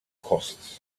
costs